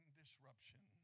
disruption